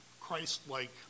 Christ-like